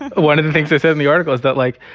one of the things they said in the article is that, like,